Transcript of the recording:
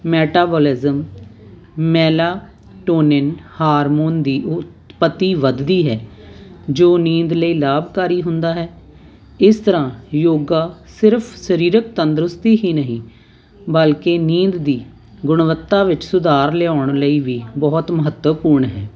metabolism melatonin hormone ਦੀ ਉਤਪਤੀ ਵਧਦੀ ਹੈ ਜੋ ਨੀਂਦ ਲਈ ਲਾਭਕਾਰੀ ਹੁੰਦਾ ਹੈ ਇਸ ਤਰਾਂ ਯੋਗਾ ਸਿਰਫ ਸਰੀਰਕ ਤੰਦਰੁਸਤੀ ਹੀ ਨਹੀਂ ਬਲਕਿ ਨੀਂਦ ਦੀ ਗੁਣਵੱਤਾ ਵਿੱਚ ਸੁਧਾਰ ਲਿਆਉਣ ਲਈ ਵੀ ਬਹੁਤ ਮਹੱਤਵਪੂਰਨ ਹੈ